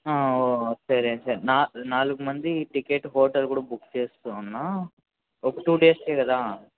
ఒ సరే సరే నా నాలుగు మంది టికెట్ హోటల్ కూడా బుక్ చేస్తున్నాను ఒక టూ డేస్కే కదా